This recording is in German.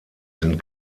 sind